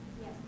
Yes